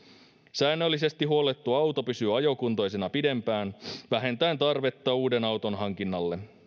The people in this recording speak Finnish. säännöllisesti huollettu auto pysyy ajokuntoisena pidempään vähentäen tarvetta uuden auton hankinnalle